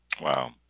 Wow